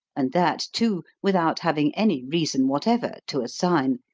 and that, too, without having any reason whatever to assign,